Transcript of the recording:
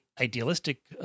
idealistic